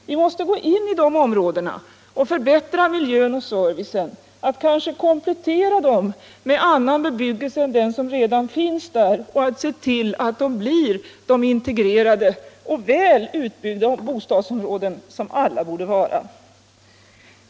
Vi måste gå in i de områdena och förbättra miljön och servicen, kanske komplettera dessa områden med en annan bebyggelse än den som redan finns där och se till att de blir sådana väl integrerade och väl utbyggda bostadsområden som alla borde vara.